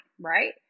right